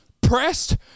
pressed